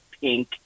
Pink